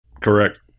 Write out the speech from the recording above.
Correct